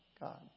God